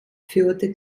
führte